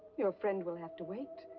your friend will have to wait.